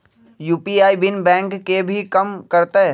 UPI बिना bank के भी कम करतै?